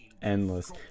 Endless